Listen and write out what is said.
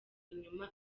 inyuma